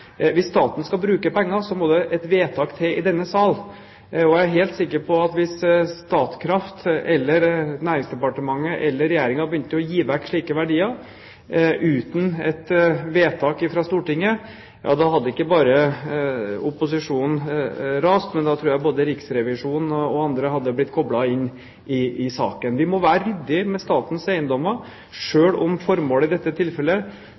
Hvis staten skal bruke penger, må det et vedtak til i denne sal. Jeg er helt sikker på at hvis Statkraft, Næringsdepartementet eller Regjeringen begynte å gi vekk slike verdier, uten et vedtak fra Stortinget, hadde ikke bare opposisjonen rast, men da tror jeg både Riksrevisjonen og andre hadde blitt koblet inn i saken. Vi må være ryddig med statens eiendommer, selv om formålet i dette tilfellet